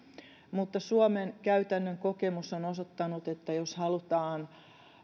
mutta suomen käytännön kokemus on osoittanut että jos halutaan